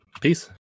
peace